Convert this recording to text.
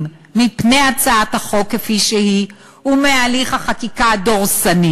מפני הצעת החוק כפי שהיא ומהליך החקיקה הדורסני.